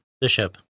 Bishop